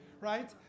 right